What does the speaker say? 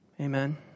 Amen